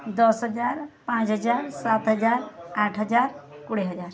ଦଶ ହଜାର ପାଞ୍ଚ ହଜାର ସାତ ହଜାର ଆଠ ହଜାର କୋଡ଼ିଏ ହଜାର